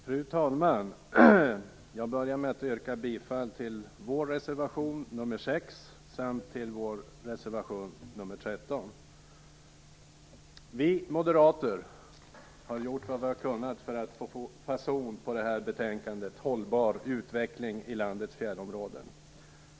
Fru talman! Jag börjar med att yrka bifall till vår reservation nr 6 samt till vår reservation nr 13. Vi moderater har gjort vad vi har kunnat för att få fason på betänkandet Hållbar utveckling i landets fjällområden.